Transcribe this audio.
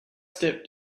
stepped